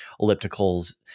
ellipticals